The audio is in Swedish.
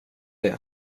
det